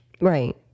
Right